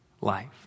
life